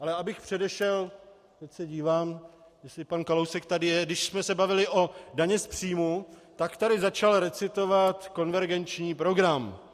Ale abych předešel, tak se dívám, jestli pan Kalousek tady je, když jsme se bavili o dani z příjmů, tak tu začal recitovat konvergenční program.